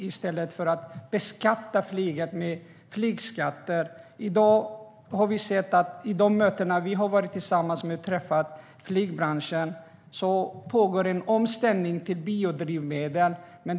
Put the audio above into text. Vi har hört och sett på de möten där vi har varit tillsammans och träffat flygbranschen att det pågår en omställning till biodrivmedel.